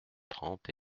trente